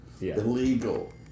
illegal